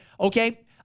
okay